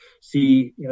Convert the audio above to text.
see